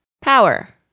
power